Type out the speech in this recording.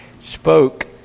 spoke